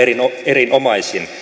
erinomaisin